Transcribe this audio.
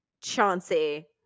Chauncey